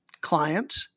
client